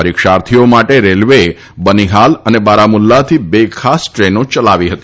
પરીક્ષાર્થીઓ માટે રેલવેએ બનીહાલ તથા બારામુલ્લાહથી બે ખાસ ટ્રેનો ચલાવી હતી